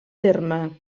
terme